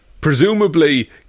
presumably